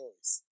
choice